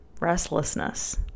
restlessness